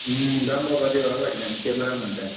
दाम बाबा देवळा फाटल्यान तेमरा म्हणटा थंय